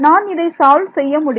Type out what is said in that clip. நான் இதை சால்வ் செய்ய முடியும்